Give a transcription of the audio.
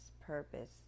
purpose